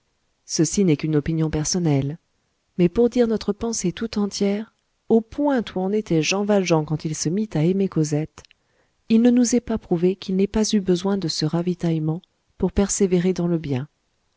ceci n'est qu'une opinion personnelle mais pour dire notre pensée tout entière au point où en était jean valjean quand il se mit à aimer cosette il ne nous est pas prouvé qu'il n'ait pas eu besoin de ce ravitaillement pour persévérer dans le bien